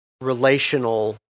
relational